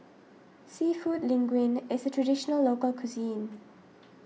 Seafood Linguine is a Traditional Local Cuisine